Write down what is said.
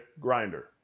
Grinder